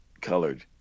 colored